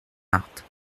marthe